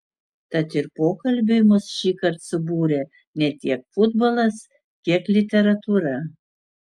tad ir pokalbiui mus šįkart subūrė ne tiek futbolas kiek literatūra